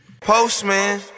Postman